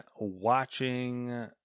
watching